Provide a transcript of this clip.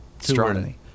Astrology